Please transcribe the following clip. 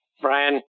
Brian